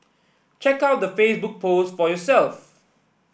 check out the Facebook post for yourself